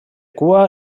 cua